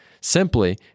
simply